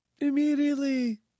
Immediately